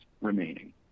remaining